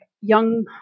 young